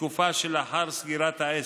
בתקופה שלאחר סגירת העסק,